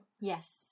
Yes